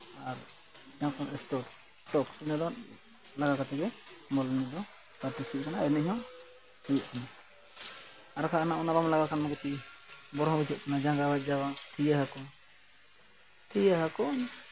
ᱟᱨ ᱤᱱᱟᱹᱠᱚ ᱥᱚᱠᱥ ᱥᱩᱱᱩ ᱫᱚ ᱞᱟᱜᱟᱣ ᱠᱟᱛᱮᱜ ᱜᱮ ᱵᱚᱞ ᱮᱱᱮᱡ ᱫᱚ ᱯᱮᱠᱴᱤᱥ ᱦᱩᱭᱩᱜ ᱠᱟᱱᱟ ᱮᱱᱮᱡ ᱦᱚᱸ ᱦᱩᱭᱩᱜ ᱠᱟᱱᱟ ᱟᱨᱠᱷᱟᱡ ᱚᱱᱟ ᱵᱟᱢ ᱞᱟᱜᱟᱣ ᱠᱟᱱᱟ ᱠᱤᱪᱷᱩ ᱵᱚᱨᱦᱚ ᱵᱩᱡᱷᱟᱹᱜ ᱠᱟᱱᱟ ᱡᱟᱸᱜᱟ ᱵᱟᱡᱟᱣ ᱛᱷᱤᱭᱟᱹ ᱟᱠᱩ ᱛᱷᱤᱭᱟᱹ ᱟᱠᱩ